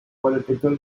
political